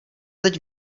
teď